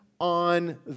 on